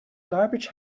garbage